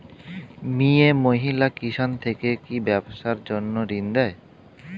মিয়ে মহিলা কিষান থেকে কি ব্যবসার জন্য ঋন দেয়?